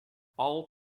all